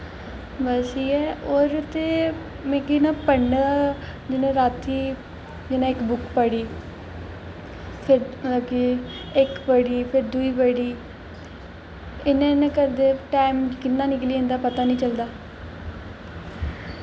बस एह् ऐ ते मिगी ना पढ़ने दा जि'यां रातीं जि'यां इक बुक्क पढ़ी फिर मतलब कि इक पढ़ी दुई पढ़ी इ'यां इ'यां करदे टैम कि'यां निकली जंदा पता नेईं लगदा